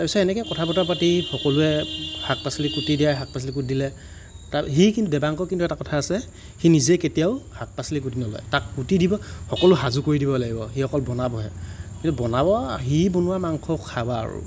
তাৰপাছত এনেকৈ কথা বতৰা পাতি সকলোৱে শাক পাচলি কুটি দিয়াই শাক পাচলি কুটি দিলে তাৰ সি দেবাঙ্গৰ কিন্তু এটা কথা আছে সি নিজে কেতিয়াও শাক পাচলি কুটি নলয় তাক কুটি দিব সকলো সাজু কৰি দিব লাগিব সি অকল বনাবহে কিন্তু বনাব সি বনোৱা মাংস খাবা আৰু